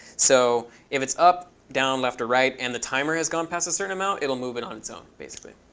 so if it's up, down, left, or right and the timer has gone past a certain amount, it'll move it on its own basically.